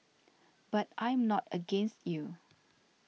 but I am not against you